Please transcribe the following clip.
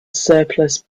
surplus